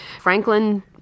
Franklin